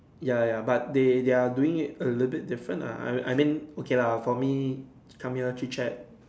ya ya but they they are doing it a little different I mean I mean okay lah for me come here chit-chat